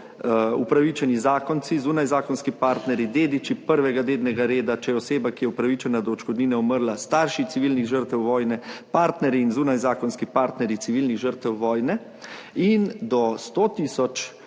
upravičeni zakonci, zunajzakonski partnerji, dediči prvega dednega reda, če je oseba, ki je upravičena do odškodnine, umrla, starši civilnih žrtev vojne, partnerji in zunajzakonski partnerji civilnih žrtev vojne, do 100